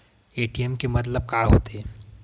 ATM के मतलब का होथे?